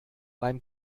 beim